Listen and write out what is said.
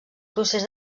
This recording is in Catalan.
procés